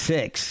Six